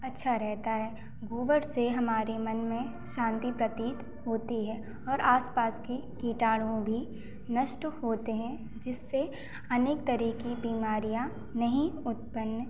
अच्छा रहता है गोबर से हमारे मन में शांति प्रतीत होती है और आसपास की कीटाणु भी नष्ट होते हैं जिससे अनेकों तरह की बीमारियाँ नहीं उत्पन्न होती